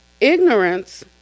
ignorance